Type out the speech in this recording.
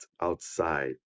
outside